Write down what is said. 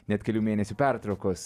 net kelių mėnesių pertraukos